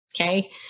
okay